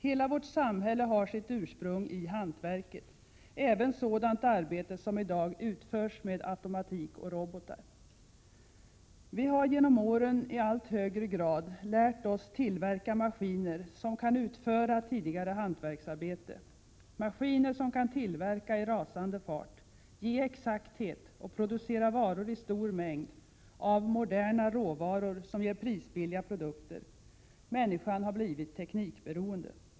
Hela vårt samhälle har sitt ursprung i hantverket, även sådant arbete som i dag utförs med automatik och robotar. Vi har genom åren i allt högre grad lärt oss tillverka maskiner som kan utföra tidigare hantverksarbete, maskiner som kan tillverka i rasande fart, ge exakthet och producera varor i stor mängd av moderna råvaror, som ger prisbilliga produkter. Människan har blivit teknikberoende.